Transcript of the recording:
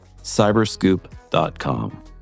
cyberscoop.com